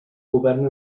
govern